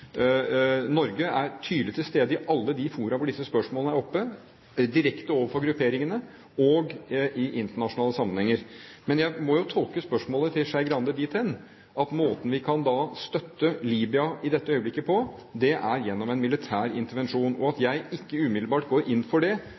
Norge er tydelig til stede i alle de fora hvor disse spørsmålene er oppe, direkte overfor grupperingene og i internasjonale sammenhenger. Men jeg må jo tolke spørsmålet til Skei Grande dit hen at måten vi kan støtte Libya på i dette øyeblikket, er gjennom en militær intervensjon. At jeg ikke umiddelbart går inn for det,